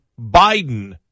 Biden